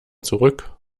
zurück